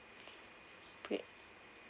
great